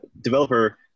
developer